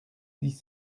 dix